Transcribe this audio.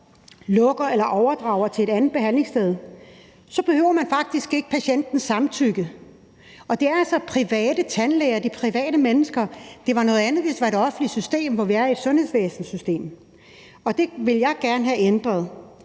lukker eller overdrager praksis til et andet behandlingssted, så behøver man faktisk ikke patientens samtykke til journalen. Og det er altså private tandlæger, det er private mennesker. Det var noget andet, hvis det var i det offentlige system, hvor vi har et sundhedsvæsenssystem. Det vil jeg gerne have ændret.